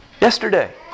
yesterday